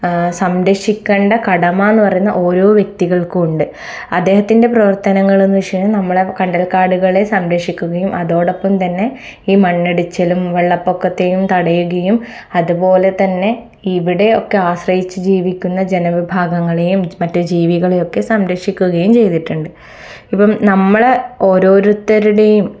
സംരക്ഷിക്കേണ്ട കടമ എന്നു പറയുന്നത് ഓരോ വ്യക്തികൾക്കും ഉണ്ട് അദ്ദേഹത്തിൻ്റെ പ്രവർത്തനങ്ങളെന്നു വെച്ചു കഴിഞ്ഞാൽ നമ്മളുടെ കണ്ടൽക്കാടുകളെ സംരക്ഷിക്കുകയും അതോടൊപ്പം തന്നെ ഈ മണ്ണിടിച്ചിലും വെള്ളപ്പൊക്കത്തെയും തടയുകയും അതുപോലെ തന്നെ ഇവിടെയൊക്കെ ആശ്രയിച്ചു ജീവിക്കുന്ന ജനവിഭാഗങ്ങളെയും മറ്റു ജീവികളെയും ഒക്കെ സംരക്ഷിക്കുകയും ചെയ്തിട്ടുണ്ട് ഇപ്പം നമ്മൾ ഓരോരുത്തരുടെയും